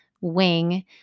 wing